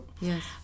Yes